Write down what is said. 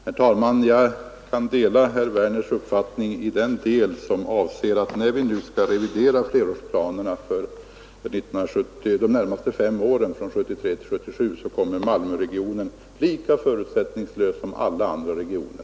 Herr talman! Jag delar herr Werners i Malmö uppfattning så till vida att när vi nu skall revidera flerårsplanerna för de närmaste fem åren, 1973-1977, kommer Malmöregionen att prövas lika förutsättningslöst som alla andra regioner.